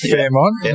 Fairmont